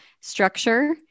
structure